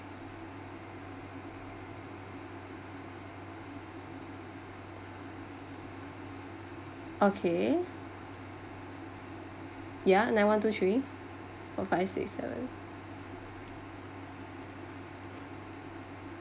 okay yeah nine one two three four five six seven